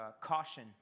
Caution